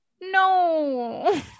No